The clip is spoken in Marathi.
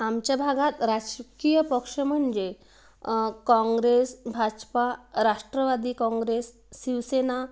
आमच्या भागात राजकीय पक्ष म्हणजे काँग्रेस भाजपा राष्ट्रवादी काँग्रेस शिवसेना